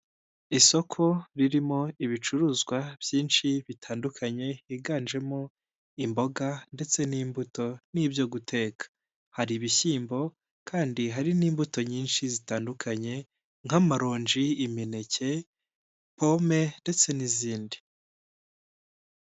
Isoko ririmo ibicuruzwa byinshi bitandukanye, higanjemo imboga ndetse n'imbuto n'ibyo guteka. Hari ibishyimbo kandi hari n'imbuto nyinshi zitandukanye nk'amaronji, imineke, pome ndetse n'izindi.